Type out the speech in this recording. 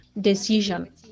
decision